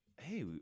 hey